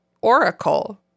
oracle